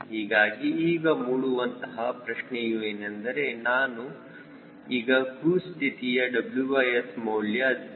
ಹೀಗಾಗಿ ಈಗ ಮೂಡುವಂತಹ ಪ್ರಶ್ನೆಯೂ ಏನೆಂದರೆ ನಾನು ಈಗ ಕ್ರೂಜ್ ಸ್ಥಿತಿಯ WS ಮೌಲ್ಯ 97